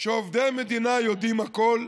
שעובדי המדינה יודעים הכול,